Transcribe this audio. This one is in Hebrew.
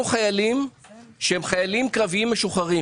חיילים קרביים משוחררים